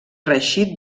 reeixit